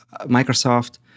Microsoft